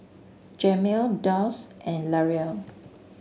Jamel Dulce and Larae